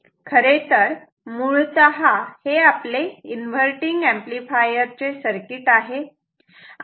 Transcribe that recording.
खरेतर मुळतः हे आपले इन्व्हर्टटिंग एंपलीफायर चे सर्किट आहे